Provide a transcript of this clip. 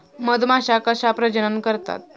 मधमाश्या कशा प्रजनन करतात?